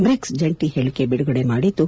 BRICS ಜಂಟಿ ಹೇಳಿಕೆ ಬಿಡುಗಡೆ ಮಾಡಿದ್ದು